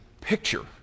picture